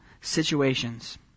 situations